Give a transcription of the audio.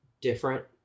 different